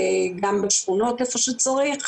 גם בשכונות איפה שצריך.